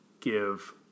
give